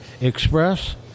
Express